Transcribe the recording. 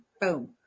Boom